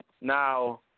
Now